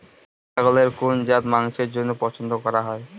ছাগলের কোন জাত মাংসের জন্য পছন্দ করা হয়?